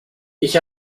ich